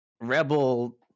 Rebel